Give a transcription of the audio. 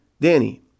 Danny